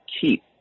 keep